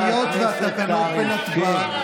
בבקשה.